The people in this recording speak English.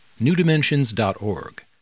newdimensions.org